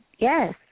Yes